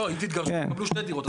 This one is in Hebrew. לא, אם תתגרשו תקבלו שתי דירות.